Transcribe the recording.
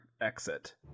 exit